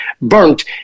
burnt